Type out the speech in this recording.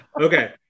Okay